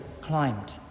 climbed